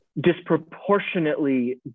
disproportionately